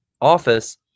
office